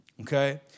okay